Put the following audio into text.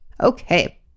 Okay